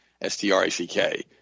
S-T-R-A-C-K